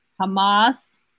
Hamas